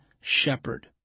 shepherd